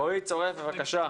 רועי צורף, בבקשה.